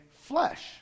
flesh